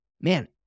man